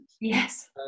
Yes